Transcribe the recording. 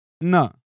No